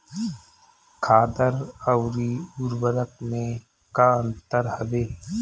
खादर अवरी उर्वरक मैं का अंतर हवे?